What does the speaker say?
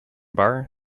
bar